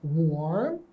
warm